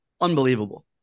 unbelievable